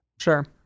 Sure